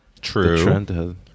true